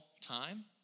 time